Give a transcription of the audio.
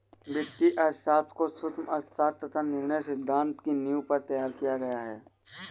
वित्तीय अर्थशास्त्र को सूक्ष्म अर्थशास्त्र तथा निर्णय सिद्धांत की नींव पर तैयार किया गया है